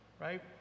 right